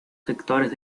sectores